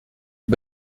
est